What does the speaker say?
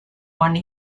one